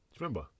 remember